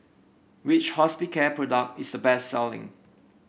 which Hospicare product is the best selling